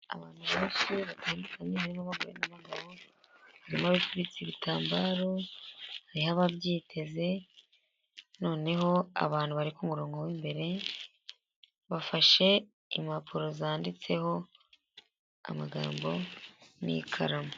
Abantu benshi batandukanye, harimo abagore, n'abagabo, harimo abifutse ibitambaro, harimo ababyiteze, noneho abantu bari kumurongo w'imbere, bafashe impapuro zanditseho amagambo, n'ikaramu.